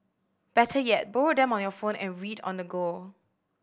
better yet borrow them on your phone and read on the go